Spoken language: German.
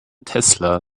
tesla